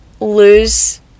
lose